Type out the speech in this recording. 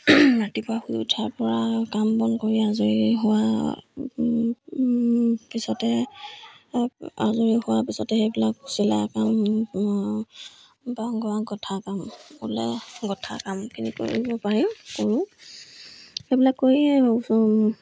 ৰাতিপুৱা শুই উঠাৰ পৰা কাম বন কৰি আজৰি হোৱা পিছতে আজৰি হোৱাৰ পিছতে সেইবিলাক চিলাই কাম বা গঠা কাম ওলায় গঠা কামখিনি কৰিব পাৰি কৰোঁ সেইবিলাক কৰিয়ে